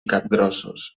capgrossos